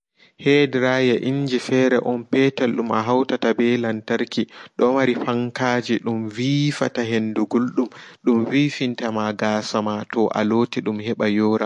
Hair dryer inji fere on petel dum ahautata ɓe lamtarki domari fankaji dum veefata hendu guldum dum veefintama gasama toa lotidum heɓa yora